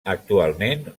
actualment